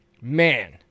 man